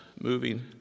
moving